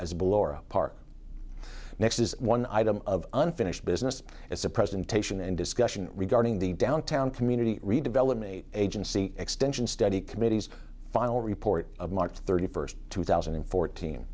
as below or a park next is one item of unfinished business as a presentation and discussion regarding the downtown community redevelopment eight agency extension study committee's final report of march thirty first two thousand and fourteen